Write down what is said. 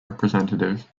representative